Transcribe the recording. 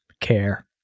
care